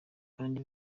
kandi